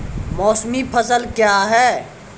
मौसमी फसल क्या हैं?